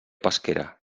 pesquera